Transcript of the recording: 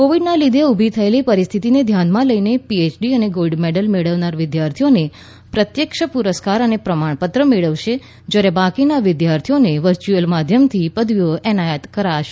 કોવિડના લીધે ઉલી થયેલી પરિસ્થિતિને ધ્યાનમાં લઈને પીએચડી અને ગોલ્ડ મેડલ મેળવનાર વિદ્યાર્થીઓ પ્રત્યક્ષ પુરસ્કાર અને પ્રમાણપત્ર મેળવશે જ્યારે બાકીના વિદ્યાર્થીઓને વર્યુથીઅલ માધ્યમથી પદવીઓ એનાયત કરાશે